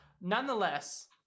nonetheless